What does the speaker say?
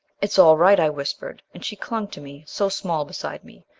it's all right, i whispered, and she clung to me so small beside me.